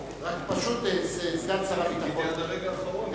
פשוט סגן שר הביטחון, חיכיתי עד הרגע האחרון.